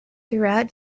throughout